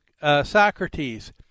Socrates